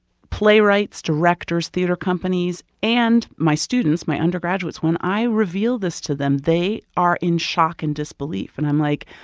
playwrights, directors, theater companies and my students my undergraduates when i reveal this to them, they are in shock and disbelief. and i'm, like,